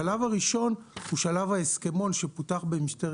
השלב הראשון היה שלב ההסכמון שפותח במשטרת